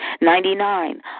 Ninety-nine